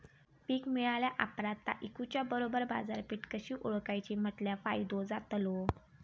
पीक मिळाल्या ऑप्रात ता इकुच्या बरोबर बाजारपेठ कशी ओळखाची म्हटल्या फायदो जातलो?